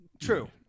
True